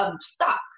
stock